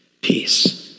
Peace